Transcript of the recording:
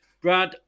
Brad